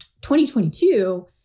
2022